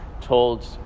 told